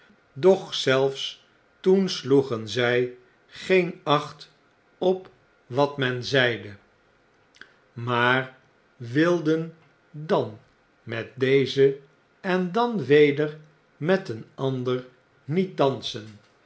doch zeifs toen sloegen zy geen acht op wat men zeide maar wilden dan met deze dan weder met een ander niet dansen